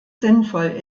sinnvoll